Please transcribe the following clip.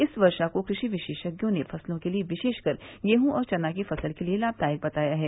इस वर्षा को कृषि विशेषज्ञों ने फसलों के लिये विशेषकर गेहूँ और चना की फसल के लिये लाभदायक बताया है